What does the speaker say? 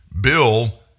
Bill